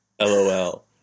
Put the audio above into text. LOL